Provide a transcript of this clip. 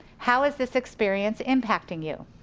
how is this experience impacting you?